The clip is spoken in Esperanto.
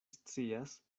scias